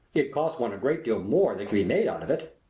it costs one a great deal more than can be made out of it.